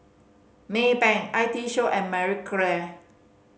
Maybank I T Show and Marie Claire